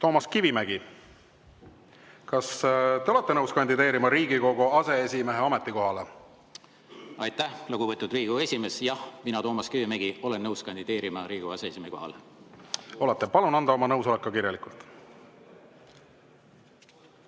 Toomas Kivimägi, kas te olete nõus kandideerima Riigikogu aseesimehe ametikohale? Aitäh, lugupeetud Riigikogu esimees! Jah, mina, Toomas Kivimägi, olen nõus kandideerima Riigikogu aseesimehe kohale. Olete! Palun anda oma nõusolek ka kirjalikult.